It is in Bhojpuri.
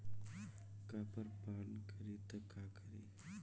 कॉपर पान करी तब का करी?